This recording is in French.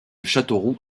châteauroux